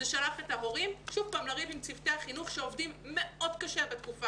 זה שולח את ההורים שוב לריב עם צוותי החינוך שעובדים מאוד קשה בתקופה